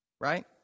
Right